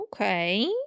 Okay